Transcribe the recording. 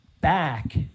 back